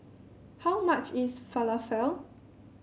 how much is Falafel